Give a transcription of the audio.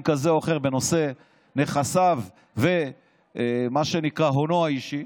כזה או אחר בנושא נכסיו ומה שנקרא הונו האישי,